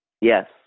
Yes